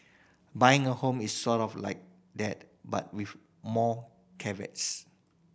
buying a home is sort of like that but with more caveats